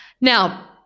Now